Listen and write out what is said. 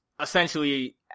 essentially